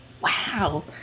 wow